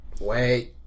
Wait